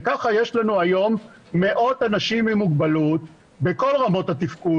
וככה יש לנו היום מאות אנשים עם מוגבלות בכל רמות התפקוד.